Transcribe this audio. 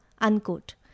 unquote